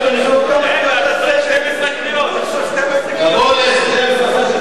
אתה צריך 12 קריאות, שב על הספסל שלך ושם תדבר.